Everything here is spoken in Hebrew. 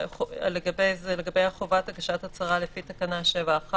לגבי חובת הגשת הצהרה לפי תקנה 7(1),